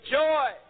joy